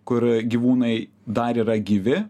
kur gyvūnai dar yra gyvi